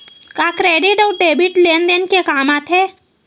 का क्रेडिट अउ डेबिट लेन देन के काम आथे?